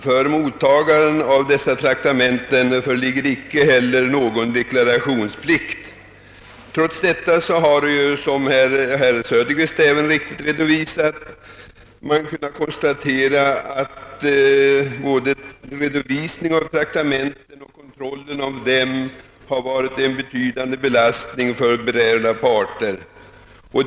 För mottagaren av dessa traktamenten föreligger icke heller någon deklarationsplikt. Trots detta har man, som herr Söderström även riktigt redovisade, kunnat konstatera att både redovisningen av traktamenten och kontrollen av dem har varit en betydande belastaning för berörda parter.